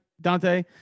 Dante